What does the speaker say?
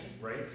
right